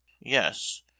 yes